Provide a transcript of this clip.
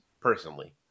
personally